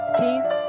peace